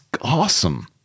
awesome